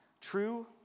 true